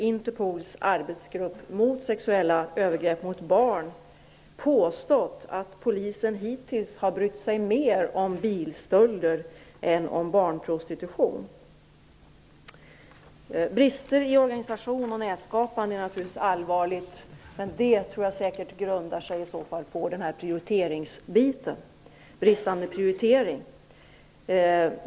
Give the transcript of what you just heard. Interpols arbetsgrupp mot sexuella övergrepp mot barn påstått att polisen hittills har brytt sig mer om bilstölder än om barnprostitution. Brister i organisation och nätskapande är naturligtvis allvarligt, men det tror jag säkert grundar sig på bristande prioritering.